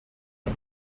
que